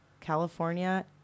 California